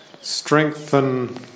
strengthen